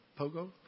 Pogo